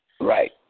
Right